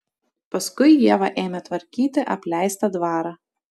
paskui ieva ėmė tvarkyti apleistą dvarą